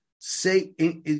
Say